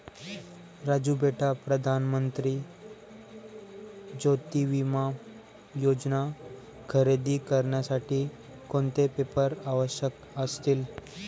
राजू बेटा प्रधान मंत्री ज्योती विमा योजना खरेदी करण्यासाठी कोणते पेपर आवश्यक असतील?